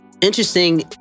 interesting